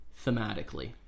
thematically